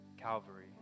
Calvary